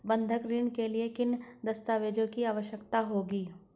बंधक ऋण के लिए किन दस्तावेज़ों की आवश्यकता होगी?